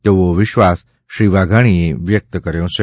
તેવો વિશ્વાસ શ્રી વાઘાણી વ્યક્ત કર્યો છે